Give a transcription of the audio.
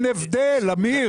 אין הבדל, אמיר.